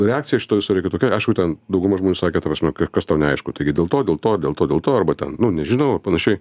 reakcija šito viso reiko tokia aišku ten dauguma žmonių sakė ta prasme ka kas tau neaišku taigi dėl to dėl to dėl to dėl to arba ten nu nežinau ar panašiai